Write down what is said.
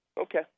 Okay